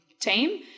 team